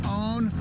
own